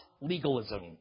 legalism